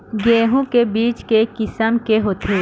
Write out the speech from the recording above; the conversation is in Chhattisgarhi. गेहूं के बीज के किसम के होथे?